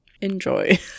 Enjoy